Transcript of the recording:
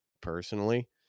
personally